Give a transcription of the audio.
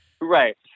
Right